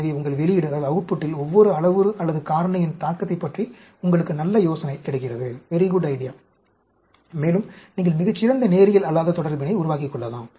எனவே உங்கள் வெளியீட்டில் ஒவ்வொரு அளவுரு அல்லது காரணியின் தாக்கத்தைப் பற்றி உங்களுக்கு நல்ல யோசனை கிடைக்கிறது மேலும் நீங்கள் மிகச்சிறந்த நேரியல் அல்லாத தொடர்பினை உருவாக்கிக் கொள்ளலாம்